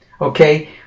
Okay